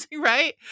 Right